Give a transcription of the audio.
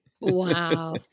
wow